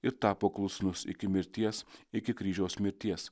ir tapo klusnus iki mirties iki kryžiaus mirties